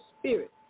spirit